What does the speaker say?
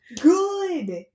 good